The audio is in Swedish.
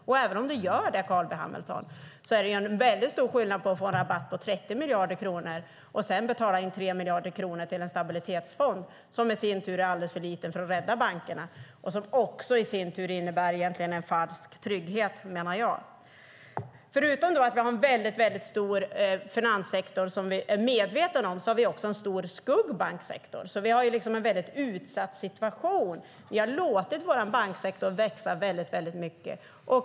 Och även om den gör det, Carl B Hamilton, är det en stor skillnad på att få en rabatt på 30 miljarder kronor och att sedan betala in 3 miljarder kronor till en stabilitetsfond, som i sin tur är alldeles för liten för att rädda bankerna och som också i sin tur egentligen innebär en falsk trygghet, menar jag. Förutom att vi har en väldigt stor finanssektor som vi är medvetna om har vi också en stor skuggbanksektor. Vi har därför en väldigt utsatt situation. Vi har låtit vår banksektor växa väldigt mycket.